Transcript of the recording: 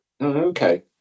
Okay